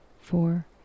four